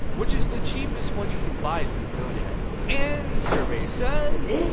which is the cheapest one you can buy through godaddy. and survey says,